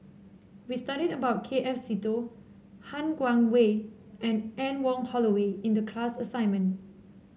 we studied about K F Seetoh Han Guangwei and Anne Wong Holloway in the class assignment